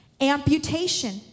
amputation